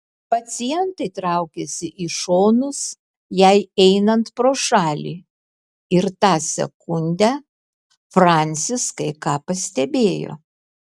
pacientai traukėsi į šonus jai einant pro šalį ir tą sekundę francis kai ką pastebėjo